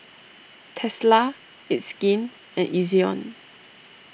Tesla It's Skin and Ezion